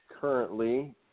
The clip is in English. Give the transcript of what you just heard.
currently